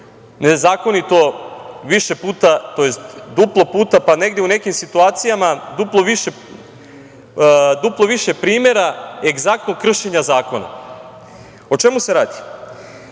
nezakonito više puta, tj. duplo puta, pa negde u nekim situacijama duplo više primera egzaktnog kršenja zakona.O čemu se radi?